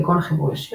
כגון חיבור ישיר,